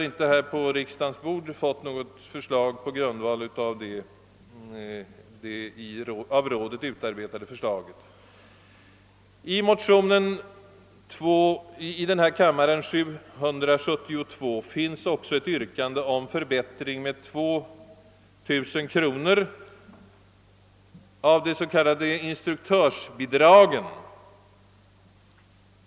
I motionen II: 772 finns också ett yrkande om höjning med 2 000 kronor av det s.k. instruktörsbidraget.